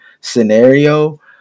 scenario